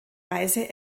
reise